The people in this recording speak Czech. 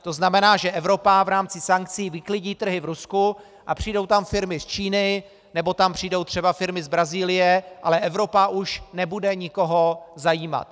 To znamená, že Evropa v rámci sankcí vyklidí trhy v Rusku a přijdou tam firmy z Číny, nebo tam přijdou třeba firmy z Brazílie, ale Evropa už nebude nikoho zajímat.